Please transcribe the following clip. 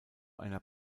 einer